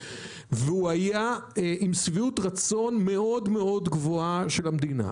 והוא היה עם שביעות רצון מאוד גבוהה של המדינה.